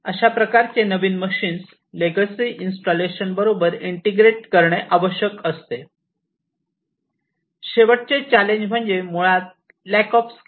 अशा प्रकारचे नवीन मशीन लेगसी इन्स्टॉलेशन बरोबर इंटिग्रेट करणे आवश्यक असते शेवटचे चॅलेंज म्हणजे मुळात लॅक ऑफ स्किल